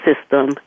system